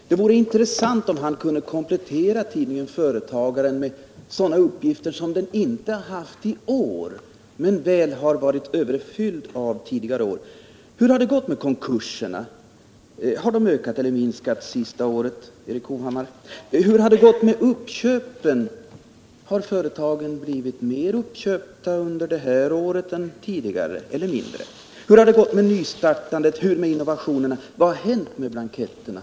Det vore intressant om han kunde komplettera tidningen Företagaren med sådana uppgifter som den inte lämnat i år men väl har varit överfylld av tidigare år: Hur har det gått med konkurserna? Har de ökat eller minskat det senaste året, Erik Hovhammar? Hur har det gått med uppköpen — har företagen blivit mera 53 uppköpta under det här året än tidigare eller uppköpta i mindre omfattning? Hur har det gått med nystartandet, med innovationerna, och vad har hänt med blanketterna?